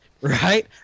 right